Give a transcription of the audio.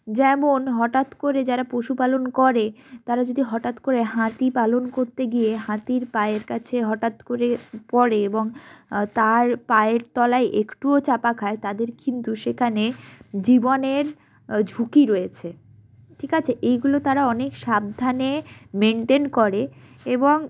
যেমন হটাৎ করে যারা পশুপালন করে তারা যদি হটাৎ করে হাতি পালন করতে গিয়ে হাতির পায়ের কাছে হটাৎ করে পড়ে এবং তার পায়ের তলায় একটুও চাপা খায় তাদের কিন্তু সেখানে জীবনের ঝুঁকি রয়েছে ঠিক আছে এইগুলো তারা অনেক সাবধানে মেনটেন করে এবং